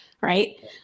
Right